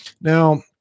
Now